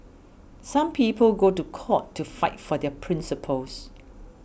some people go to court to fight for their principles